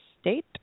State